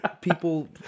people